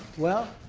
well,